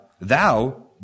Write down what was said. thou